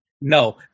No